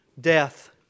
death